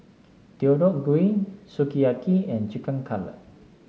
Deodeok Gui Sukiyaki and Chicken Cutlet